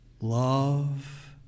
love